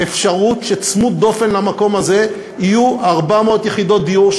אפשרות שצמוד דופן למקום הזה יהיו 400 יחידות דיור,